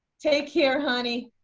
take care, honey.